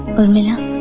urmila,